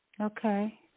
Okay